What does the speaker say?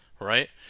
right